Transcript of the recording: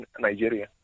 Nigeria